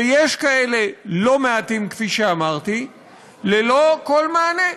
ויש כאלה לא מעטים, כפי שאמרתי, ללא כל מענה.